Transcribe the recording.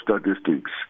statistics